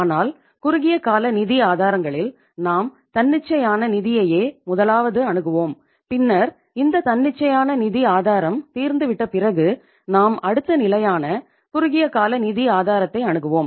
ஆனால் குறுகியகால நிதி ஆதாரங்களில் நாம் தன்னிச்சையான நிதியையே முதலாவது அணுகுவோம் பின்னர் இந்த தன்னிச்சையான நிதி ஆதாரம் தீர்ந்துவிட்ட பிறகு நாம் அடுத்த நிலையான குறுகியகால நிதி ஆதாரத்தை அணுகுவோம்